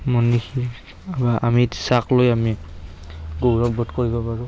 চাক লৈ আমি গৌৰৱবোধ কৰিব পাৰোঁ